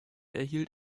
erhielt